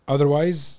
Otherwise